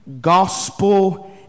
gospel